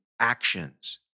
actions